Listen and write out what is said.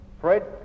Fred